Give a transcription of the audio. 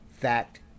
Fact